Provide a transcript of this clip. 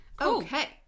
okay